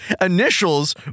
initials